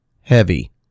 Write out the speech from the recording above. heavy